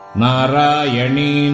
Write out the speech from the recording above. narayani